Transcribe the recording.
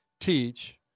teach